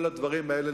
כל הדברים האלה,